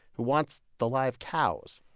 who wants the live cows.